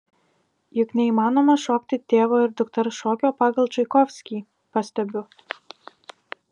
juk neįmanoma šokti tėvo ir dukters šokio pagal čaikovskį pastebiu